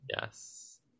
Yes